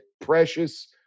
Precious